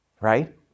right